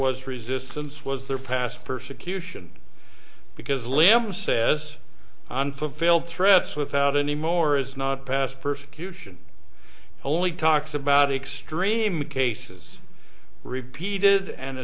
was resistance was there past persecution because lamb says unfulfilled threats without any more is not passed persecution only talks about extreme cases repeated and